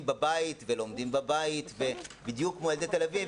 בבית ולומדים בבית בדיוק כמו ילדי תל אביב,